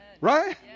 Right